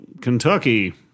Kentucky